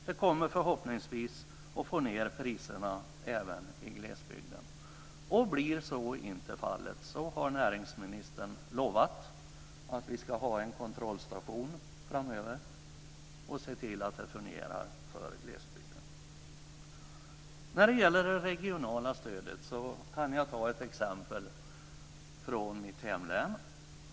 Det kommer förhoppningsvis att få ned priserna även i glesbygden. Blir så inte fallet har näringsministern lovat att vi ska ha en kontrollstation framöver och se till att det fungerar för glesbygden. När det gäller det regionala stödet kan jag ta ett exempel från mitt hemlän.